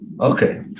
okay